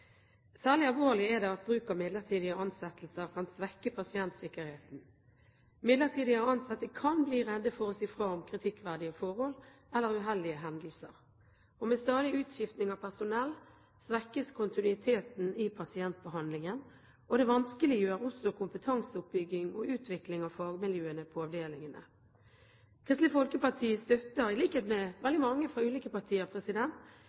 Særlig alvorlig er det at bruk av midlertidige ansettelser kan svekke pasientsikkerheten. Midlertidig ansatte kan bli redde for å si fra om kritikkverdige forhold eller uheldige hendelser. Med stadig utskifting av personell svekkes kontinuiteten i pasientbehandlingen, og det vanskeliggjør også kompetanseoppbygging og utvikling av fagmiljøene på avdelingene. Kristelig Folkeparti støtter – i likhet med veldig mange fra ulike partier